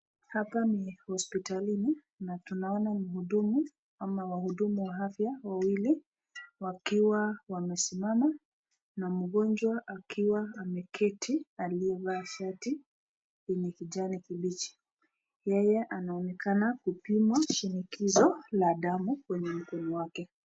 Hapa ni hosiptalini na tunaona mhudumu ama wahudumu wa afya wawili wakiwa wamesimama na mgonjwa akiwa ameketi aliyevaa shati yenye kijani kibichi, yeye anaonekana kupimwa shinikizo la damu kwenye mkono wake.